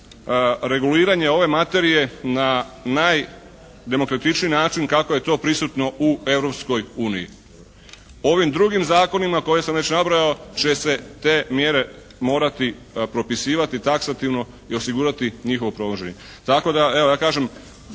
reguliranje ove materije na najdemokratičniji način kako je to prisutno u Europskoj uniji. Ovim drugim zakonima koje sam već nabrojao će se te mjere morati propisivati taksativno i osigurati njihovo provođenje.